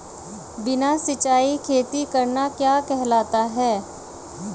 बिना सिंचाई खेती करना क्या कहलाता है?